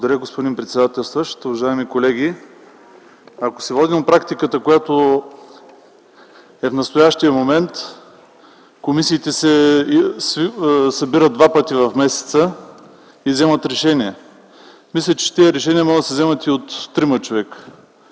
Благодаря, господин председателстващ. Уважаеми колеги, ако се водим от практиката в настоящия момент, комисиите се събират два пъти в месеца и вземат решения. Мисля, че тези решения могат да се вземат и от трима човека.